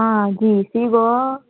आं जी ई सी गो